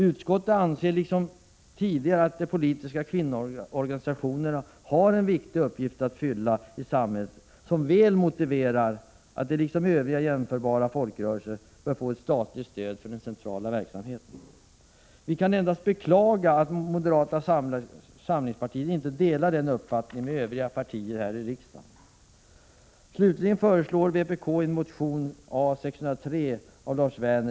Utskottet anser liksom tidigare att de politiska kvinnoorganisationerna har en viktig uppgift att fylla i samhället som väl motiverar att de, liksom övriga jämförbara folkrörelser, bör få ett statligt stöd för sin centrala verksamhet. Vi kan endast beklaga att moderata samlingspartiet inte delar denna Prot. 1986/87:122 uppfattning med övriga partier i riksdagen.